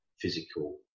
physical